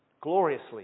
gloriously